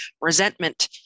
resentment